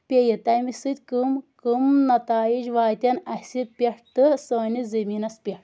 پیٚیہِ تَمہِ سۭتۍ کٕمۍ کٕمۍ نَتایِج واتن اَسہِ پٮ۪ٹھ تہٕ سٲنِس زٔمیٖنَس پٮ۪ٹھ